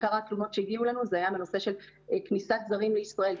עיקר התלונות שהגיעו אלינו זה היה בנושא של כניסת זרים לישראל,